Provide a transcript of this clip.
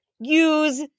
use